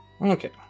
Okay